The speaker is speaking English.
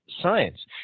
science